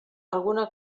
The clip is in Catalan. alguna